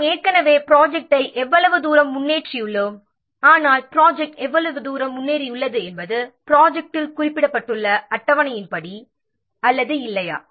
நாம் ஏற்கனவே ப்ராஜெக்ட்டை எவ்வளவு தூரம் முன்னேற்றியுள்ளோம் ஆனால் ப்ராஜெக்ட் எவ்வளவு தூரம் முன்னேறியுள்ளது என்பது திட்டத்தில் குறிப்பிடப்பட்டுள்ள அட்டவணையின் படி அல்லது இல்லையா